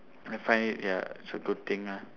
I find it ya it's a good thing lah